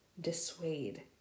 dissuade